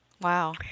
Wow